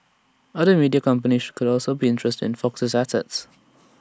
other media companies could also be interested in Fox's assets